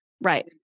Right